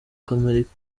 amerika